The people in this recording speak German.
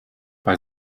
bei